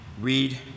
read